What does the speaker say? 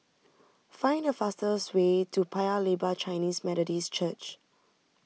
find the fastest way to Paya Lebar Chinese Methodist Church